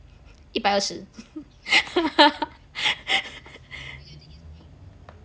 一百二十